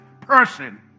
person